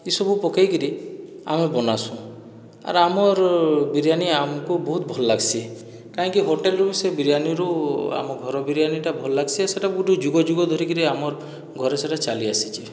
ଏସବୁ ପକାଇକିରି ଆମେ ବନାସୁଁ ଆର୍ ଆମର୍ ବିରିୟାନି ଆମକୁ ବହୁତ ଭଲ ଲାଗ୍ସି କାହିଁକି ହୋଟେଲରୁ ବି ସେ ବିରିୟାନିରୁ ଆମ ଘର ବିରିୟାନିଟା ଭଲ ଲାଗ୍ସି ସେହିଟା ସେହିଟା ଗୋଟିଏ ଯୁଗ ଯୁଗ ଧରିକିରି ଆମର୍ ଘରେ ସେହିଟା ଚାଲି ଆସିଛେ